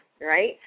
right